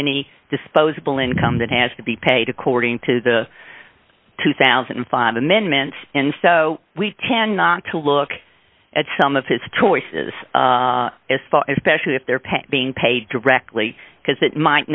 any disposable income that has to be paid according to the two thousand and five amendments and so we tend not to look at some of his choices as far as specially if they're paying being paid directly because that might